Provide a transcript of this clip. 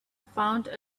found